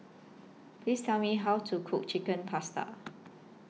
Please Tell Me How to Cook Chicken Pasta